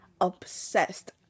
obsessed